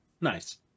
Nice